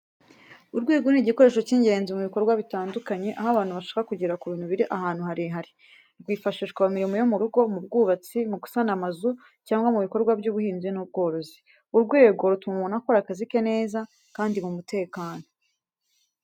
Urwego ni igikoresho cy’ingenzi mu bikorwa bitandukanye, aho abantu bashaka kugera ku bintu biri ahantu harehare. Rwifashishwa mu mirimo yo mu rugo, mu bwubatsi, mu gusana amazu cyangwa mu bikorwa by’ubuhinzi n’ubworozi. Urwego rutuma umuntu akora akazi ke neza kandi mu mutekano.